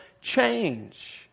change